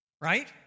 right